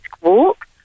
walk